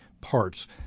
parts